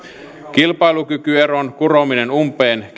kilpailukykyeron kurominen umpeen